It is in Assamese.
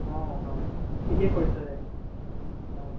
অঁ অঁ ঠিকেই কৰিছ দে অঁ